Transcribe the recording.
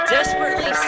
Desperately